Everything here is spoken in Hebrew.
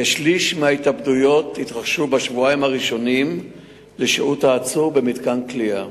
כשליש מההתאבדויות התרחשו בשבועיים הראשונים לשהות העצור במתקן כליאה.